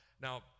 now